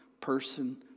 person